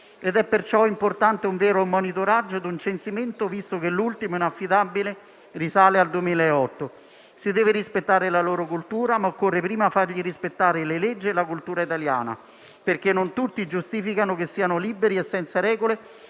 È perciò importante avere un vero monitoraggio e un censimento, visto che l'ultimo è inaffidabile e risale al 2008. Si deve rispettare la loro cultura, ma occorre prima far loro rispettare le leggi e la cultura italiana, perché non tutti giustificano che siano liberi e senza regole